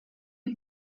per